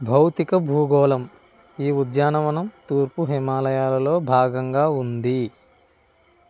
భౌతిక భూగోళం ఈ ఉద్యానవనం తూర్పు హిమాలయాలలో భాగంగా ఉంది